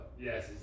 Yes